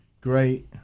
great